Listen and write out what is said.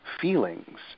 feelings